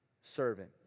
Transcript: servant